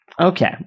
Okay